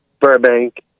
Burbank